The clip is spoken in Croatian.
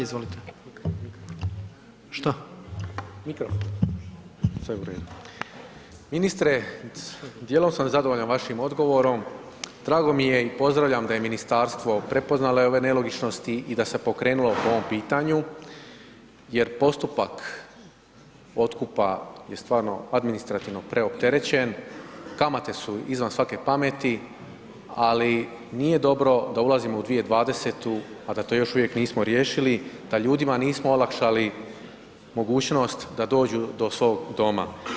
Ministre, djelomično sam zadovoljan vašim odgovorom, drago mi je i pozdravljam da je ministarstvo prepoznalo ove nelogičnosti i da se pokrenulo po ovom pitanju jer postupak otkupa je stvarno administrativno preopterećen, kamate su izvan svake pameti ali nije dobro da ulazimo u 2020. a da to još uvijek nismo riješili, da ljudima nismo olakšali mogućnost da dođu do svog doma.